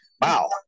wow